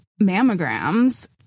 mammograms